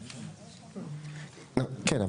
כן,